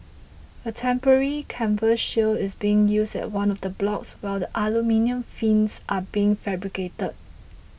a temporary canvas shield is being used at one of the blocks while the aluminium fins are being fabricated